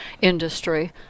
industry